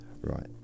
Right